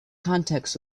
contacts